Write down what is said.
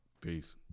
Peace